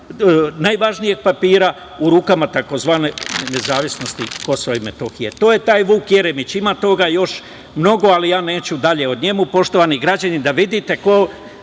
najvažnijeg papira u rukama tzv. nezavisnosti Kosova i Metohije. To je taj Vuk Jeremić. Ima toga još mnogo, ali ja neću dalje o njemu. Poštovani građani, da vidite ko